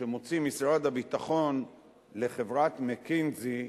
שמשרד הביטחון מוציא לחברת "מקינזי"